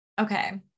okay